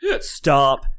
stop